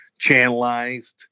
channelized